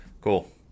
Cool